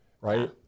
right